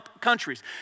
countries